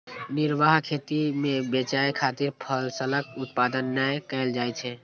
निर्वाह खेती मे बेचय खातिर फसलक उत्पादन नै कैल जाइ छै